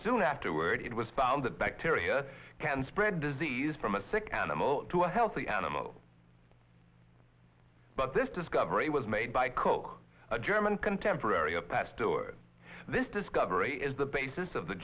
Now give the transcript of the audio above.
soon afterward it was found that bacteria can spread disease from a sick animal to a healthy animal but this discovery was made by koch a german contemporary a pastor this discovery is the basis of the